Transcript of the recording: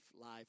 life